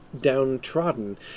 downtrodden